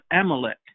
Amalek